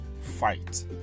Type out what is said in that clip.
fight